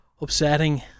upsetting